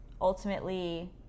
ultimately